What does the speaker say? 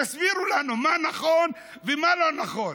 תסבירו לנו, מה נכון ומה לא נכון?